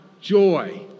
joy